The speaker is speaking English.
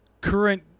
current